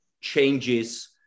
changes